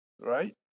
Right